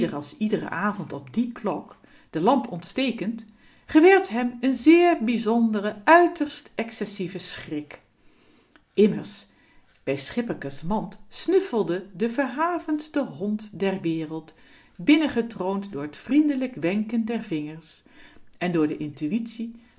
als iederen avond op die klok de lamp ontstekend gewerd hem een zeer bijzondere uiterst excessieve schrik immers bij schipperke's mand snuffelde de verhavendste hond der wereld binnengetroond door t vriendlijk wenken der vingers en door de intuitie